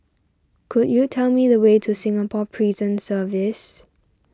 could you tell me the way to Singapore Prison Service